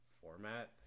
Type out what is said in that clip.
format